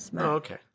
okay